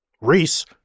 Reese